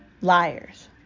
liars